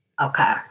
Okay